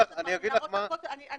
אני